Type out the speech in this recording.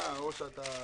תשמע, או שאתה באמת,